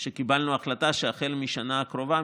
שקיבלנו החלטה שהחל מהשנה הקרובה,